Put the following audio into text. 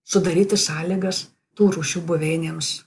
sudaryti sąlygas tų rūšių buveinėms